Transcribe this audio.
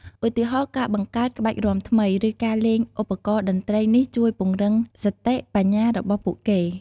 ឧទាហរណ៍ ការបង្កើតក្បាច់រាំថ្មី ឬការលេងឧបករណ៍តន្ត្រីនេះជួយពង្រឹងសតិបញ្ញារបស់ពួកគេ។